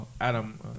Adam